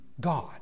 God